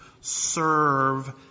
serve